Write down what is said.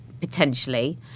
potentially